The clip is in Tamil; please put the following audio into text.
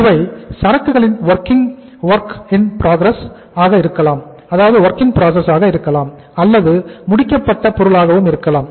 இவை சரக்குகளின் வொர்கிங் வொர்க் இன் ப்ராக்ரஸ் ஆக இருக்கலாம் அல்லது முடிக்கப்பட்ட பொருளாகவும் இருக்கலாம்